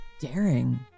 daring